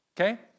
Okay